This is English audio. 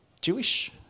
Jewish